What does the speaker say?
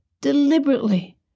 deliberately